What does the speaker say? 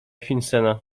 finsena